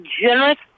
generous